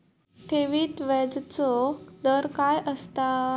ठेवीत व्याजचो दर काय असता?